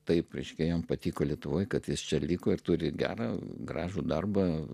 taip ryškiai jam patiko lietuvoje kad jis čia liko ir turi gerą gražų darbą